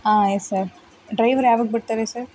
ಆಂ yes sir driver ಯಾವಾಗ ಬರ್ತಾರೆ sir